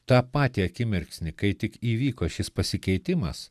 tą patį akimirksnį kai tik įvyko šis pasikeitimas